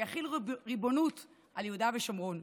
שיחיל ריבונות על יהודה ושומרון.